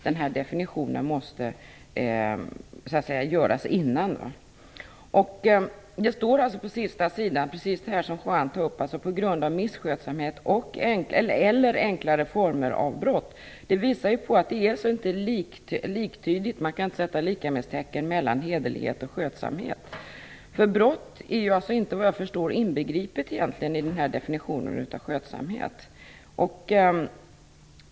Den här definitionen måste göras innan lagen träder i kraft. På sista sidan står precis det som Juan Fonseca tar upp: "på grund av misskötsamhet eller enklare former av brott." Det visar att man inte kan sätta likhetstecken mellan hederlighet och skötsamhet. Brott är, såvitt jag förstår, inte inbegripet i den här definitionen av skötsamhet.